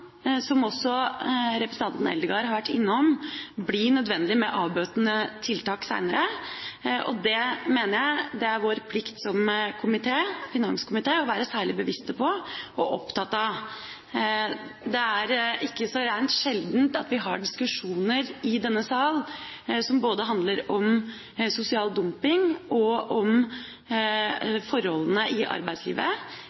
som også representanten Eldegard var innom, bli nødvendig med avbøtende tiltak seinere. Det mener jeg er vår plikt som finanskomité å være særlig bevisst på og opptatt av. Det er ikke så reint sjelden vi har diskusjoner i denne sal som handler om både sosial dumping, forholdene i arbeidslivet, skatteunndragelser, økonomisk kriminalitet og